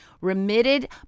remitted